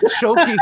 choking